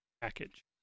package